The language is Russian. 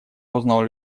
узнал